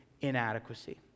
inadequacy